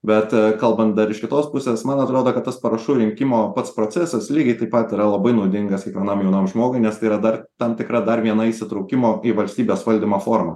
bet kalbant dar iš kitos pusės man atrodo kad tas parašų rinkimo pats procesas lygiai taip pat yra labai naudingas kiekvienam jaunam žmogui nes tai yra dar tam tikra dar viena įsitraukimo į valstybės valdymą forma